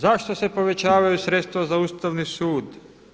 Zašto se povećavaju sredstva za Ustavni sud?